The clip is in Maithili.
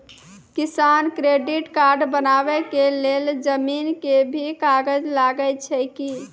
किसान क्रेडिट कार्ड बनबा के लेल जमीन के भी कागज लागै छै कि?